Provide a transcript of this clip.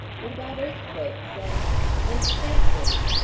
what about earthquakes and and cancers?